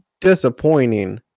disappointing